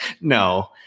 no